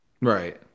right